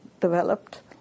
developed